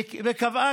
וקבעו,